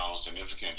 significant